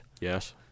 Yes